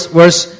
verse